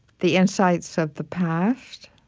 the insights of the past